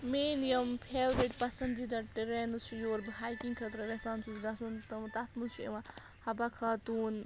میٛٲنۍ یِم فیورِٹ پَسنٛدیٖدہ ٹرٛینٕز چھِ یور بہٕ ہایکِنٛگ خٲطرٕ یژھان چھُس گژھُن تِم تَتھ منٛز چھِ یِوان حبہ خاتوٗن